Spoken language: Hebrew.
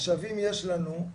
משאבים יש לנו,